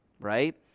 right